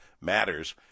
matters